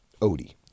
Odie